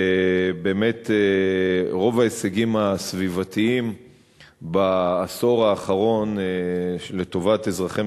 באמת רוב ההישגים הסביבתיים בעשור האחרון לטובת אזרחי